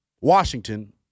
Washington